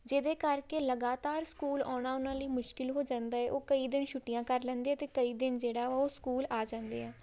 ਜਿਹਦੇ ਕਰਕੇ ਲਗਾਤਾਰ ਸਕੂਲ ਆਉਣਾ ਉਹਨਾਂ ਲਈ ਮੁਸ਼ਕਿਲ ਹੋ ਜਾਂਦਾ ਹੈ ਉਹ ਕਈ ਦਿਨ ਛੁੱਟੀਆਂ ਕਰ ਲੈਂਦੇ ਅਤੇ ਕਈ ਦਿਨ ਜਿਹੜਾ ਉਹ ਸਕੂਲ ਆ ਜਾਂਦੇ ਆ